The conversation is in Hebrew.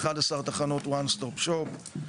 11 תחנות וון סטופ שופ,